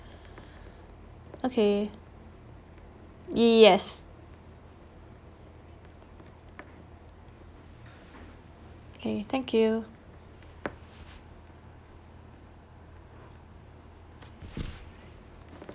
okay yes okay thank you